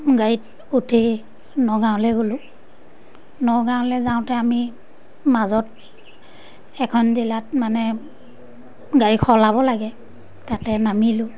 গাড়ীত উঠি নগাঁৱলৈ গ'লোঁ নগাঁৱলৈ যাওঁতে আমি মাজত এখন জিলাত মানে গাড়ী সলাব লাগে তাতে নামিলোঁ